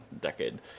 decade